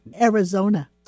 arizona